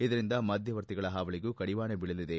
ಇದರಿಂದ ಮಧ್ಯವರ್ತಿಗಳ ಹಾವಳಿಗೂ ಕಡಿವಾಣ ಬೀಳಲಿದೆ